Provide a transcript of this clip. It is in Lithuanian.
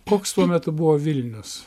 koks tuo metu buvo vilnius